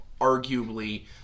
arguably